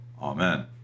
Amen